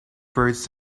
birds